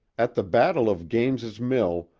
at the battle of gaines's mill,